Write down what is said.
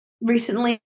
Recently